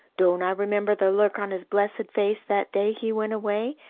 don't i remember the look on his blessed face that day he went away,